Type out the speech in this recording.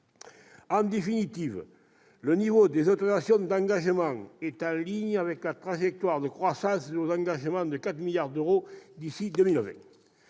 En définitive, le niveau des autorisations d'engagement est en ligne avec la trajectoire de croissance de 4 milliards d'euros de ses